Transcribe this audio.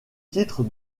titre